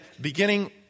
beginning